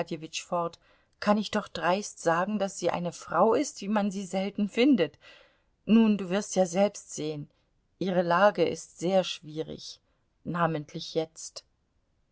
fort kann ich doch dreist sagen daß sie eine frau ist wie man sie selten findet nun du wirst ja selbst sehen ihre lage ist sehr schwierig namentlich jetzt